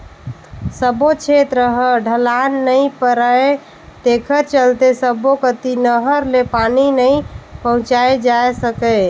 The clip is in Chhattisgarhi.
सब्बो छेत्र ह ढलान नइ परय तेखर चलते सब्बो कति नहर ले पानी नइ पहुंचाए जा सकय